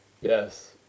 Yes